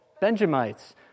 Benjamites